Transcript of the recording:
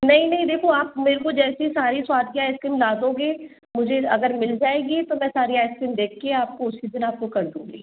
नहीं नहीं देखो आप मेरे को जैसे ही सारे स्वाद की आइसक्रीम ला दोगे मुझे अगर मिल जाएगी तो मैं सारी आइसक्रीम देख के आपको उसी दिन आपको कर दूंगी